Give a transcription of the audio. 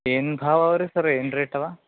ಏನು ಭಾವವ ರೀ ಸರ್ ಏನು ರೇಟ್ ಅವೆ